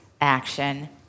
Action